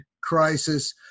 crisis